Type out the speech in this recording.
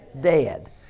dead